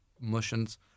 motions